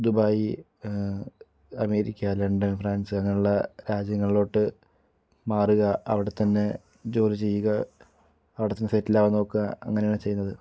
Dubai America London France അങ്ങനുള്ള രാജ്യങ്ങളിലോട്ട് മാറുക അവിടെ തന്നെ ജോലി ചെയ്യുക അവിടെ തന്നെ സെറ്റിലാകാൻ നോക്കുക അങ്ങനെയാണ് ചെയ്യുന്നത്